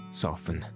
soften